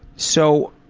so